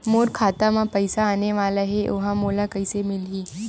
मोर खाता म पईसा आने वाला हे ओहा मोला कइसे मिलही?